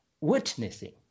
witnessing